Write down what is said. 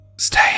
stay